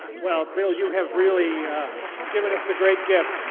well, bill, you have really given us a great gift.